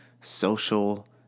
social